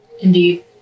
Indeed